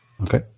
okay